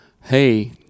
hey